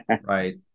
right